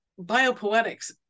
biopoetics